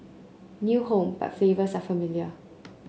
new home but flavors are familiar